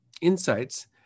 insights